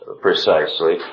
precisely